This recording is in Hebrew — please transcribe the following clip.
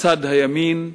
לצד הימין,